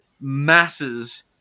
masses